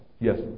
Yes